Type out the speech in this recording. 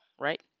right